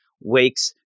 wakes